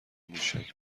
موشک